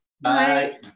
Bye